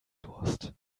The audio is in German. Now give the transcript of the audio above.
durst